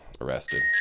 arrested